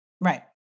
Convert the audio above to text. right